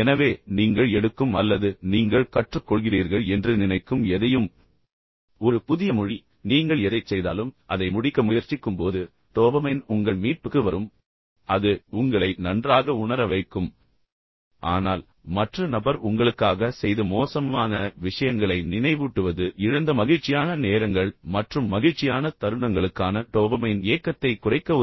எனவே நீங்கள் எடுக்கும் அல்லது நீங்கள் கற்றுக் கொள்கிறீர்கள் என்று நினைக்கும் எதையும் ஒரு புதிய மொழி நீங்கள் எதைச் செய்தாலும் அதை முடிக்க முயற்சிக்கும்போது டோபமைன் உங்கள் மீட்புக்கு வரும் அது உங்களை நன்றாக உணர வைக்கும் ஆனால் மற்ற நபர் உங்களுக்காக செய்த மோசமான விஷயங்களை நினைவூட்டுவது இழந்த மகிழ்ச்சியான நேரங்கள் மற்றும் மகிழ்ச்சியான தருணங்களுக்கான டோபமைன் ஏக்கத்தைக் குறைக்க உதவும்